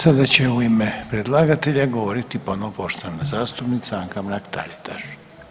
Sada će u ime predlagatelja govoriti ponovo poštovana zastupnica Anka Mrak Taritaš.